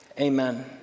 amen